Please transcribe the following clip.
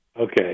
Okay